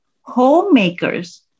Homemakers